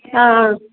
അഹ്